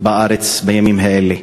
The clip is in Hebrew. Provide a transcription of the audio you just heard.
בארץ בימים האלה.